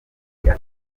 afite